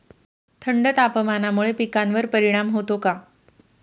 थंड तापमानामुळे पिकांवर परिणाम होतो का?